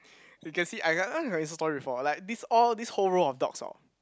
you can see I got ask her Insta Story before like this all this whole row of dogs hor